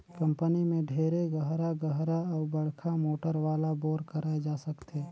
company में ढेरे गहरा गहरा अउ बड़का मोटर वाला बोर कराए जा सकथे